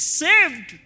saved